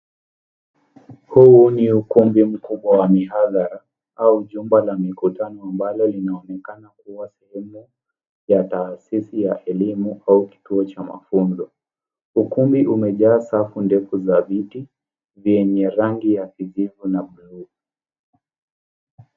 Huu ni ukumbi mkubwa wa mihadhara au jumba la mikutano ambalo linaonekana kuwa sehemu ya taasisi ya elimu au kituo cha mafunzo. Ukumbi umejaa safu ndefu za viti vyenye rangi ya kijivu na bluu.